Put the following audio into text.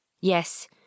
Yes